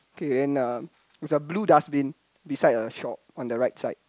okay then uh there is a blue dustbin beside a shop on the right side